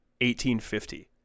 1850